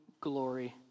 glory